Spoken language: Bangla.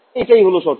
এটাই হল শর্ত